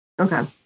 Okay